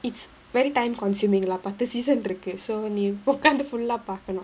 it's very time consuming lah பத்து:pathu season இருக்கு:irukku so நீ உக்காந்து:nee ukkanthu full ah பாக்கனும்:paakkanum